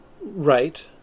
Right